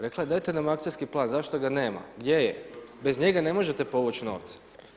Rekla je dajte nam akcijski plan, zašto ga nema, gdje je, bez njega ne možete povući novce.